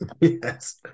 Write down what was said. Yes